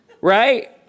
Right